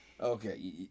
okay